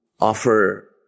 offer